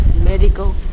medical